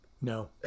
no